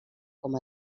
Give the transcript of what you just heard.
com